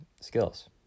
skills